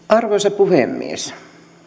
arvoisa puhemies